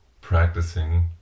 practicing